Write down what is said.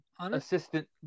assistant